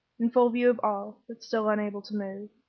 in full view of all, but still unable to move.